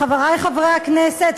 חברי חברי הכנסת,